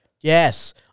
Yes